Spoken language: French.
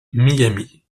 miami